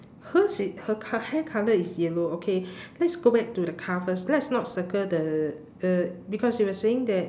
hers i~ her co~ hair colour is yellow okay let's go back to the car first let's not circle the uh because you were saying that